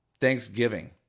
Thanksgiving